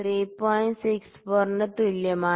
64 ന് തുല്യമാണ്